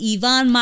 Ivan